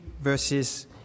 verses